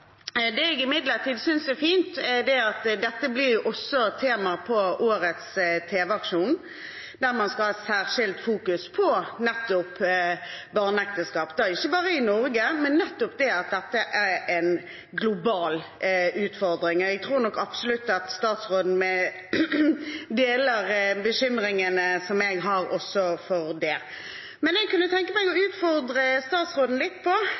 Det jeg imidlertid synes er fint, er at dette også blir tema for årets tv-aksjon, der man skal fokusere særskilt på nettopp barneekteskap, ikke bare i Norge, men som en global utfordring. Jeg tror nok absolutt at statsråden deler bekymringene som jeg har for det. Men jeg kunne tenke meg å utfordre statsråden litt på